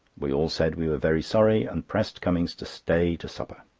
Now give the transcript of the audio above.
we all said we were very sorry, and pressed cummings to stay to supper.